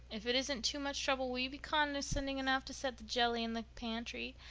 if it isn't too much trouble will you be condescending enough to set the jelly in the pantry?